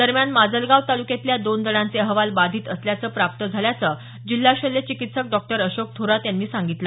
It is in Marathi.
दरम्यान माजलगाव तालुक्यातल्या दोन जणांचे अहवाल बाधित असल्याचं प्राप्त झाल्याचं जिल्हा शल्य चिकित्सक डॉ अशोक थोरात यांनी ही सांगितलं